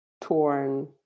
torn